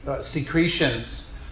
secretions